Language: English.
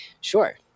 Sure